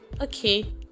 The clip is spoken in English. okay